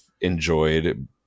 enjoyed